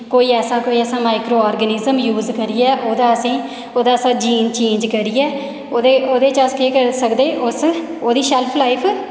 कोई ऐसा कोई ऐसा माईक्रो ऑर्गनिज़म यूज करियै ओह्दा असेंगी ओह्दा अस जीन चेंज करियै ओह्दे च अस केह् करी सकदे उस ओह्दी अस लाईफ